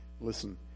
Listen